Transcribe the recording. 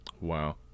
Wow